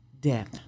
death